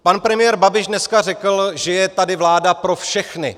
Pan premiér Babiš dneska řekl, že je tady vláda pro všechny.